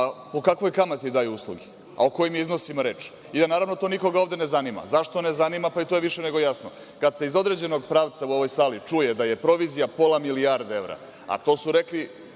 Po kakvoj kamati daju usluge? O kojim iznosima je reč? Naravno da to nikoga ovde ne zanima. Zašto ne zanima? To je više nego jasno. Kada se iz određenog pravca u ovoj sali čuje da je provizija pola milijardi evra, a to su rekli